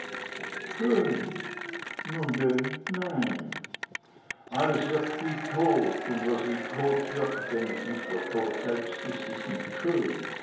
schön nun denn nein alles wirkt wie tot und was wie tot wirkt wenn es nicht der tod selbst ist ist nicht schön